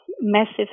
massive